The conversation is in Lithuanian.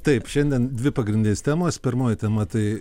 taip šiandien dvi pagrindinės temos pirmoji tema tai